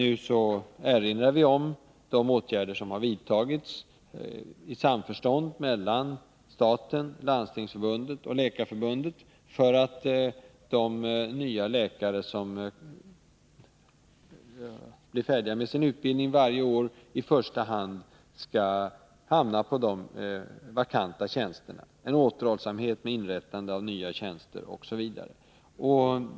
Utskottet erinrar om de åtgärder som har vidtagits i samförstånd mellan staten, Landstingsförbundet och Läkarförbundet för att de nya läkarna — de som varje år blir färdiga med sin utbildning —i första hand skall hamna på de vakanta tjänsterna. Det gäller framför allt återhållsamhet med inrättande av nya tjänster.